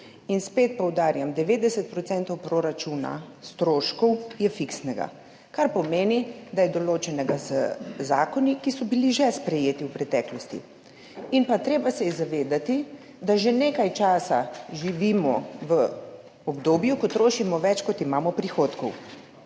Spet poudarjam, 90 % stroškov proračuna je fiksnih, kar pomeni, da so določeni z zakoni, ki so bili že sprejeti v preteklosti. Treba se je pa zavedati, da že nekaj časa živimo v obdobju, ko trošimo več, kot imamo prihodkov.